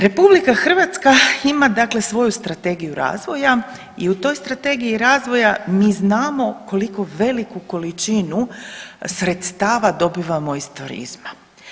RH ima dakle svoju strategiju razvoja i u toj strategiji razvoja mi znamo koliko veliku količinu sredstava dobivamo iz turizma.